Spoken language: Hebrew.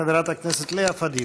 חברת הכנסת לאה פדידה.